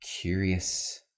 curious